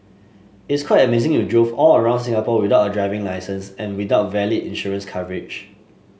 it's quite amazing you drove all around Singapore without a driving licence and without valid insurance coverage